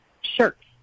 shirts